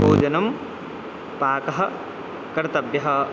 भोजनं पाकं कर्तव्यम्